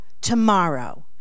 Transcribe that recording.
tomorrow